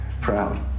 proud